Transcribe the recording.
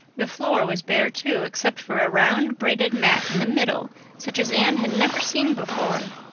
the floor was bare, too, except for a round braided mat in the middle such as anne had never seen before.